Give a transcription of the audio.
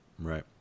right